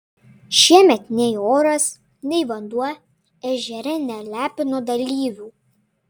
šiemet nei oras nei vanduo ežere nelepino dalyvių